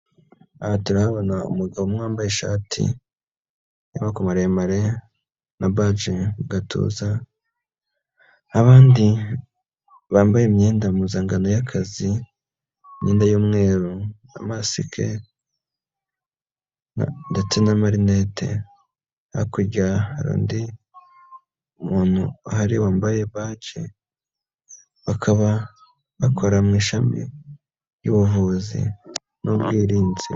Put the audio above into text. Aha turahabona umugabo umwe wambaye ishati y'amaboko maremare na baju mu gatuza, abandi bambaye imyenda mpuzankano y'akazi, imyenda y'umweru, amamasike ndetse n'amarinete, hakaba hakurya hari undi muntu uhari wambaye baji, bakaba bakora mu ishami ry'ubuvuzi n'ubwirinzi.